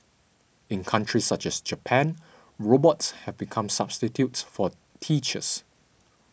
in countries such as Japan robots have become substitutes for teachers